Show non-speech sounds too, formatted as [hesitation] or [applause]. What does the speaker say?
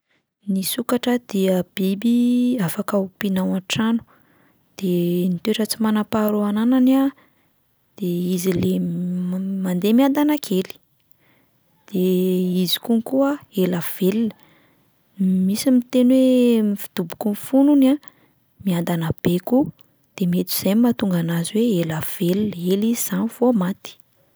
Ny sokatra dia biby afaka ompiana ao an-trano, de ny toetra tsy manam-paharoa ananany a de izy le [hesitation] ma- mandeha miadana kely, de izy konko a ela velona, misy miteny hoe ny fidoboky ny fony hono a miadana be koa, de mety zay no mahatonga anazy hoe ela velona, ela izy zany vao maty.